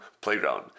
playground